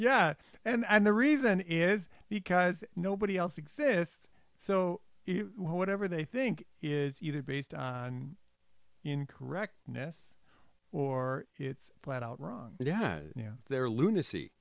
yeah and the reason is because nobody else exists so whatever they think is either based in correctness or it's flat out wrong yeah yeah they're lunacy